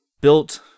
built